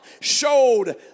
showed